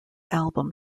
album